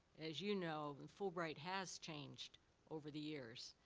as you know, and fulbright has changed over the years.